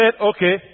Okay